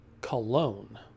cologne